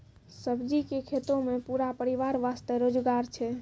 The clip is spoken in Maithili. सब्जी के खेतों मॅ पूरा परिवार वास्तॅ रोजगार छै